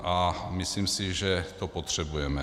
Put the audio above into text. A myslím si, že to potřebujeme.